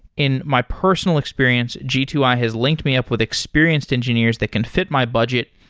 in my personal experience, g two i has linked me up with experienced engineers that can fit my budget,